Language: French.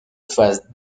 phase